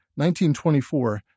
1924